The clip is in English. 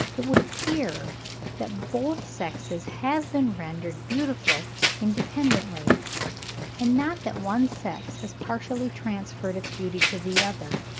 it would appear that both sexes have been rendered beautiful independently and not that one sex has partially transferred its beauty to the other.